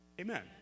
Amen